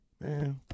Man